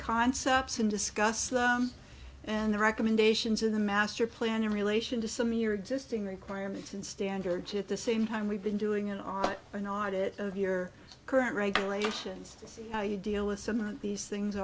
concepts and discuss them and the recommendations in the master plan in relation to some your existing requirements and standards at the same time we've been doing it on an audit of your current regulations to see how you deal with some of these things